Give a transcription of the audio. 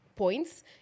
Points